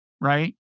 right